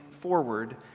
forward